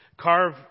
carve